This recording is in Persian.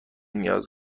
نیاز